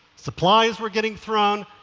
supplies were getting thrown,